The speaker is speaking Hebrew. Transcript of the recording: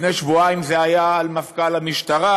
לפני שבועיים זה היה על מפכ"ל המשטרה,